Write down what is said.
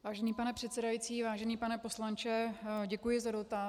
Vážený pane předsedající, vážený pane poslanče, děkuji za dotaz.